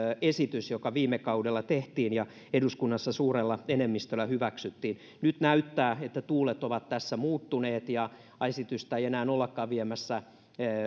esitys joka viime kaudella tehtiin ja eduskunnassa suurella enemmistöllä hyväksyttiin nyt näyttää että tuulet ovat tässä muuttuneet ja ja esitystä ei enää ollakaan viemässä